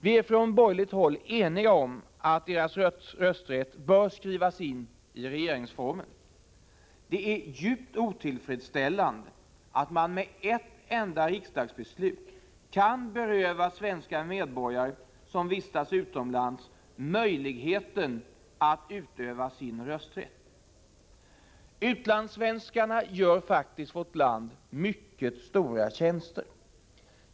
Vi är från borgerligt håll eniga om att deras rösträtt bör skrivas in i regeringsformen. Det är djupt otillfredsställande att man med ett enda riksdagsbeslut kan beröva svenska medborgare som vistas utomlands möjligheten att utöva sin rösträtt. Utlandssvenskarna gör faktiskt vårt land mycket stora tjänster.